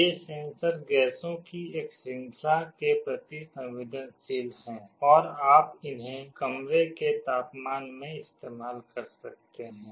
ये सेंसर गैसों की एक श्रृंखला के प्रति संवेदनशील हैं और आप इन्हें कमरे के तापमान में इस्तेमाल कर सकते हैं